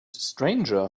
stranger